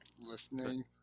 listening